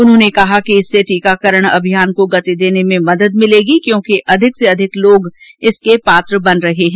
उन्होंने कहा कि इससे टीकाकरण अभियान को गति देने में मदद मिलेगी क्योंकि अधिक से अधिक लोग इसके पात्र बन रहे हैं